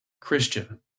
Christian